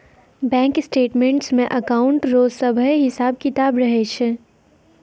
bank statements मे account रो सभे हिसाब किताब रहै छै